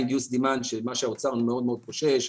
מה שהאומר מאוד חושש.